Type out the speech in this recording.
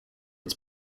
its